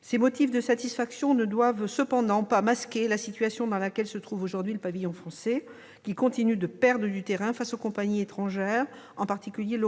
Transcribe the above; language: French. Ces motifs de satisfaction ne doivent pourtant pas masquer la situation dans laquelle se trouve aujourd'hui le pavillon français, qui continue de perdre du terrain face aux compagnies étrangères, en particulier.